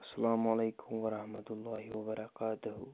اَسلامُ علیكم ورحمتہ اللہ وبركاتہ